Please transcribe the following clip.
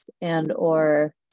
and/or